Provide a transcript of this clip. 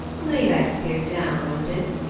lay thy spear down, odin,